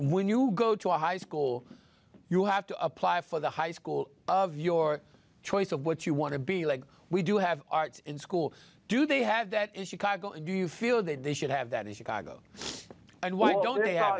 when you go to a high school you have to apply for the high school of your choice of what you want to be like we do have art in school do they have that in chicago and do you feel that they should have that in chicago and why don't